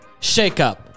shakeup